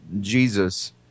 Jesus